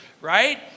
right